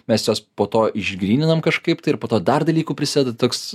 mes juos po to išgryninam kažkaip tai ir po to dar dalykų prisideda toks